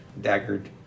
daggered